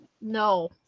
no